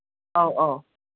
ꯑꯧ ꯑꯧ